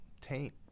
taint